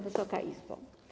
Wysoka Izbo!